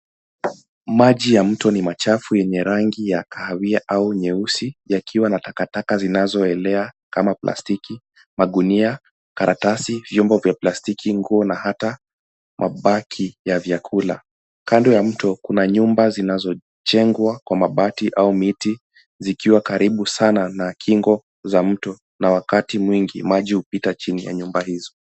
Maji ya mto ni machafu yenye rangi ya kahawia au nyeusi, yakiwa na takataka zinazoelea kama plastiki, magunia, karatasi, vyombo vya plastiki, nguo na hata mabaki ya vyakula. Kando ya mto, kuna nyumba zinazojengwa kwa mabati au miti, zikiwa karibu sana na kingo za mto na wakati mwingbi, maji hupita chini ya nyumba hizo.